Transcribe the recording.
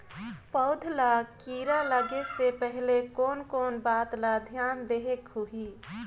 पौध ला कीरा लगे से पहले कोन कोन बात ला धियान देहेक होही?